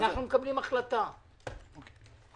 זאת ההחלטה שלנו.